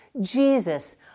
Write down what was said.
Jesus